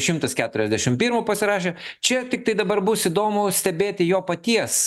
šimtas keturiasdešim pirmu pasirašė čia tiktai dabar bus įdomu stebėti jo paties